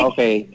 Okay